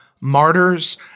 martyrs